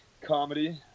comedy